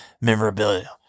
Memorabilia